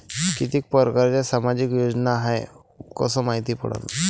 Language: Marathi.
कितीक परकारच्या सामाजिक योजना हाय कस मायती पडन?